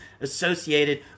associated